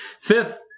Fifth